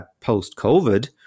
post-covid